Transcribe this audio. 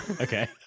Okay